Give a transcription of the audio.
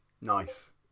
Nice